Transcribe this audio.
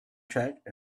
check